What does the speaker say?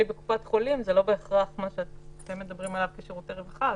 בקופת חולים זה לא בהכרח מה שאתם מדברים עליו כשירותי רווחה.